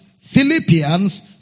Philippians